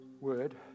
word